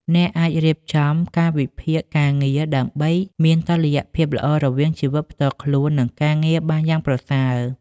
អ្នកអាចរៀបចំកាលវិភាគការងារដើម្បីមានតុល្យភាពល្អរវាងជីវិតផ្ទាល់ខ្លួន និងការងារបានយ៉ាងប្រសើរ។